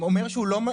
אומר שהוא לא,